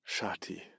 Shati